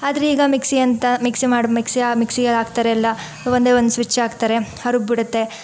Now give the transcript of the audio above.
ಆದರೆ ಈಗ ಮಿಕ್ಸಿಯಂತೆ ಮಿಕ್ಸಿ ಮಾಡು ಮಿಕ್ಸಿಯ ಮಿಕ್ಸಿಯಲ್ಲಿ ಹಾಕ್ತಾರೆ ಎಲ್ಲ ಒಂದೇ ಒಂದು ಸ್ವಿಚ್ ಹಾಕ್ತಾರೆ ರುಬ್ಬಿ ಬಿಡುತ್ತೆ